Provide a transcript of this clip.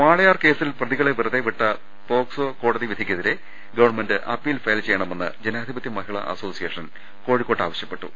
വാളയാർ കേസിൽ പ്രതികളെ വെറുതെ വിട്ട പോക്സോ കോടതി വിധിക്കെതിരെ ഗവൺമെന്റ് അപ്പീൽ ഫയൽ ചെയ്യണമെന്ന് ജനാധി പത്യ മഹിള അസോസിയേഷൻ കോഴിക്കോട്ട് ആവശ്യപ്പെട്ടു